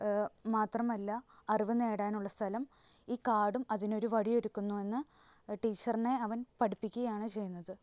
മാത്രമല്ല അറിവ് നേടാനുള്ള സ്ഥലം ഈ കാടും അതിനൊരു വഴി ഒരുക്കുന്നു എന്ന് ടീച്ചറിനെ അവൻ പഠിപ്പിക്കുകയാണ് ചെയ്യുന്നത്